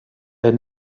est